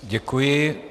Děkuji.